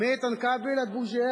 מאיתן כבל עד בוז'י הרצוג,